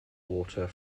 water